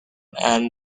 and